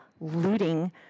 looting